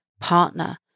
partner